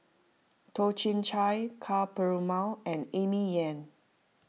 Toh Chin Chye Ka Perumal and Amy Yan